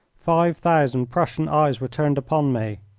five thousand prussian eyes were turned upon me.